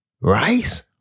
Rice